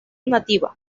nativa